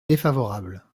défavorable